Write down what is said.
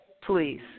Please